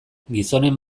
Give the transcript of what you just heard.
gizonen